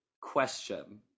question